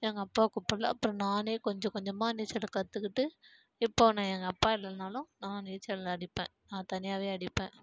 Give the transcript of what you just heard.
எங்கள் அப்பாவை கூப்புடல அப்புறம் நானே கொஞ்சம் கொஞ்சமாக நீச்சலை கற்றுக்கிட்டு இப்போது நான் எங்கள் அப்பா இல்லைன்னாலும் நான் நீச்சல் அடிப்பேன் நான் தனியாகவே அடிப்பேன்